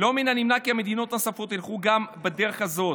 לא מן הנמנע כי מדינות נוספות ילכו בדרך הזאת.